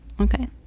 Okay